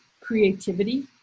Creativity